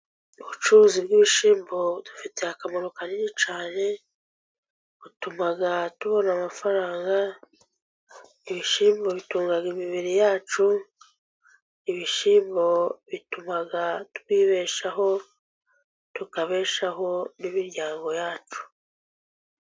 Ubucuruzi bw'ibishyimbo budufitiye akamaro kanini cyane, butuma tubona amafaranga. Ibishyimbo bitunga imibiri yacu, ibishyimbo bituma twibeshaho, tukabeshaho n'imiryango yacu.